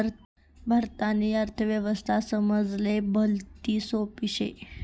भारतनी अर्थव्यवस्था समजाले भलती सोपी शे